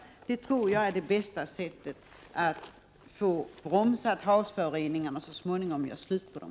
Jag upprepar att jag tror att detta är det bästa sättet att bromsa havsföroreningarna och så småningom göra slut på dem.